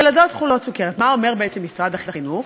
ילדות חולות סוכרת, מה אומר בעצם משרד החינוך?